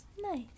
Nice